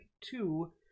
two